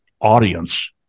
audience